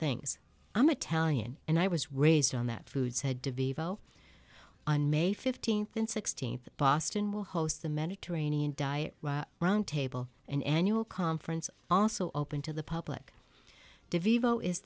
things i'm italian and i was raised on that foods had devolved on may fifteenth and sixteenth boston will host the mediterranean diet round table an annual conference also open to the public devo is